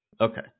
Okay